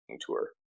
tour